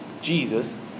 Jesus